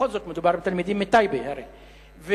בכל זאת, הרי מדובר בתלמידים מטייבה, שאמר,